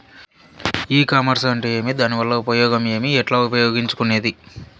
ఈ కామర్స్ అంటే ఏమి దానివల్ల ఉపయోగం ఏమి, ఎట్లా ఉపయోగించుకునేది?